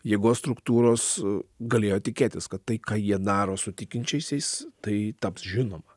jėgos struktūros galėjo tikėtis kad tai ką jie daro su tikinčiaisiais tai taps žinoma